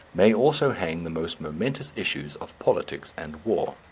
may also hang the most momentous issues of politics and war.